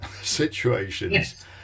situations